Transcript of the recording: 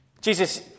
Jesus